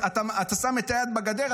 אתה שם את היד בגדר,